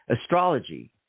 astrology